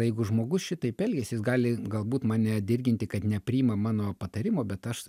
jeigu žmogus šitaip elgiasi jis gali galbūt mane dirginti kad nepriima mano patarimo bet aš